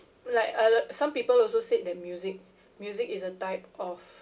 like al~ some people also said that music music is a type of